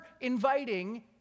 inviting